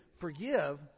forgive